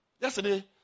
Yesterday